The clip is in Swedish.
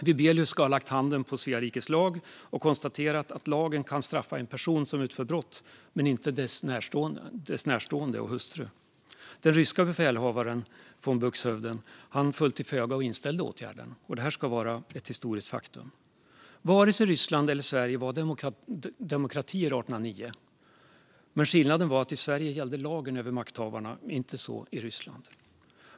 Wibelius ska ha lagt handen på Svea rikes lag och konstaterat att lagen kan straffa en person som utför brott men inte personens närstående och hustru. Den ryske befälhavaren von Buxhoevden föll till föga och inställde åtgärden; det här ska vara ett historiskt faktum. Varken Ryssland eller Sverige var demokratier 1809. Skillnaden var att i Sverige gällde lagen över makthavarna; så var det inte i Ryssland.